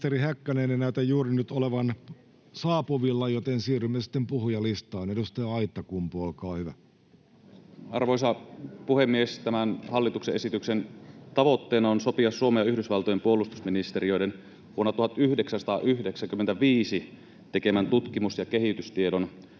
Ministeri Häkkänen ei näytä juuri nyt olevan saapuvilla, joten siirrymme sitten puhujalistaan. — Edustaja Aittakumpu, olkaa hyvä. Arvoisa puhemies! Tämän hallituksen esityksen tavoitteena on sopia Suomen ja Yhdysvaltojen puolustusministeriöiden vuonna 1995 tekemän tutkimus‑ ja kehitystiedon